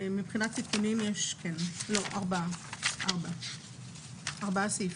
מבחינת תיקונים יש לנו ארבעה סעיפים.